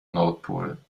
nordpol